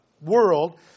world